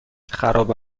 خرابه